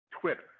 Twitter